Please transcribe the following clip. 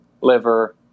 liver